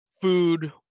food